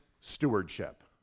stewardship